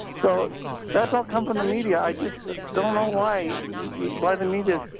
so that's all comes from the media. i just don't know why yeah why the media